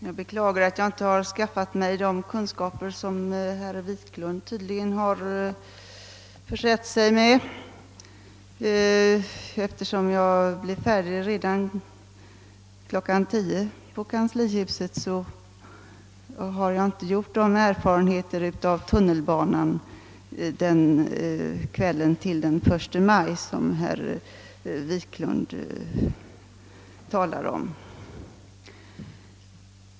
Jag beklagar att jag, eftersom jag blev färdig på kanslihuset redan vid 10-tiden dagen före den 1 maj, inte kunnat skaffa mig lika goda erfarenheter av förhållandena på tunnelbanan på kvällen samma dag som herr Wiklund i Stockholm har gjort.